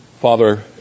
Father